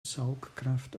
saugkraft